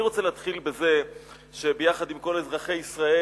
אני רוצה להתחיל בזה שביחד עם כל אזרחי ישראל